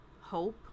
hope